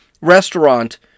restaurant